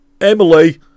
Emily